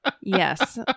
Yes